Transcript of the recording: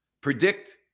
predict